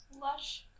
Lush